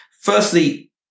Firstly